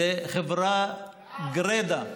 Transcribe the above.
זה חברה גרידא.